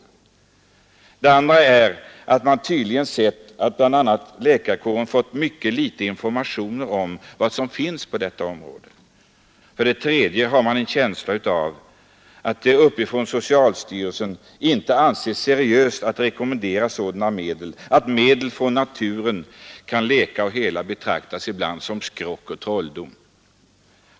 För det andra har man tydligt sett att bl.a. läkarkåren fått mycket litet information om vad som finns på detta område. För det tredje har man en känsla av att det uppifrån socialstyrelsen inte anses seriöst att rekommendera sådana medel. Att medel från naturen kan läka och hela betraktas ibland som skrock och trolldom.